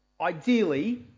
Ideally